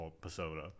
persona